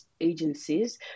agencies